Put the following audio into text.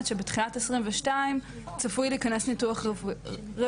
שבתחילת שנת 2022 צפוי להיכנס ניתוח רביעי.